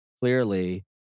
clearly